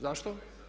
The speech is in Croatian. Zašto?